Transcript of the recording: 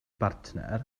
bartner